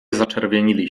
zaczerwienili